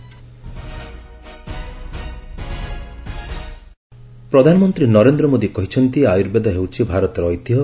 PM Ayurveda ପ୍ରଧାନମନ୍ତ୍ରୀ ନରେନ୍ଦ୍ର ମୋଦି କହିଛନ୍ତି ଆୟୁର୍ବେଦ ହେଉଛି ଭାରତର ଐତିହ୍ୟ